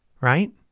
Right